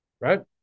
Right